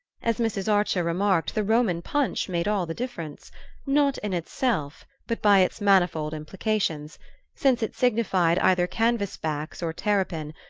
as mrs. archer remarked, the roman punch made all the difference not in itself but by its manifold implications since it signified either canvas-backs or terrapin,